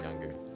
younger